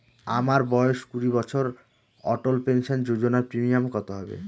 আমার বয়স কুড়ি বছর অটল পেনসন যোজনার প্রিমিয়াম কত হবে?